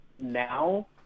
now